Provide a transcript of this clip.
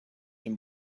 dem